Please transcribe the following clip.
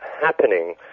happening